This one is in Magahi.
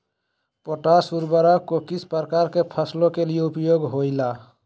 पोटास उर्वरक को किस प्रकार के फसलों के लिए उपयोग होईला?